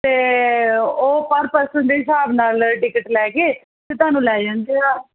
ਤੇ ਉਹ ਪਰ ਪਰਸਨ ਦੇ ਹਿਸਾਬ ਨਾਲ ਟਿਕਟ ਲੈ ਕੇ ਅਤੇ ਤੁਹਾਨੂੰ ਲੈ ਜਾਂਦੇ ਆ